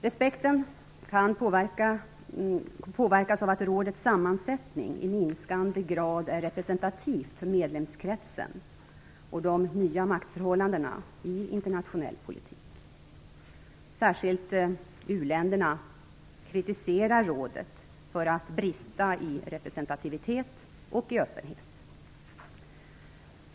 Respekten kan påverkas av att rådets sammansättning i minskande grad är representativ för medlemskretsen och de nya maktförhållandena i internationell politik. Särskilt u-länderna kritiserar rådet för att brista i representativitet och i öppenhet.